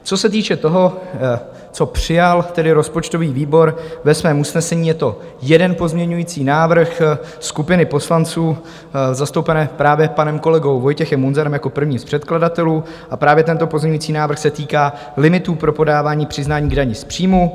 Co se týče toho, co přijal rozpočtový výbor ve svém usnesení, je to jeden pozměňovací návrh skupiny poslanců zastoupené právě panem kolegou Vojtěchem Munzarem jako prvním z předkladatelů a právě tento pozměňovací návrh se týká limitů pro podávání přiznání k dani z příjmu.